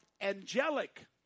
angelic